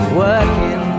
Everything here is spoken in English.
working